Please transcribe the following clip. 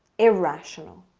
irrational